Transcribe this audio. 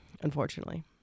unfortunately